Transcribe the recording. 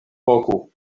voku